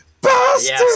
Bastard